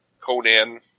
Conan